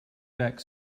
back